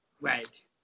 Right